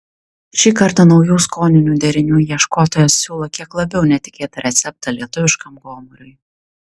šį kartą naujų skoninių derinių ieškotojas siūlo kiek labiau netikėtą receptą lietuviškam gomuriui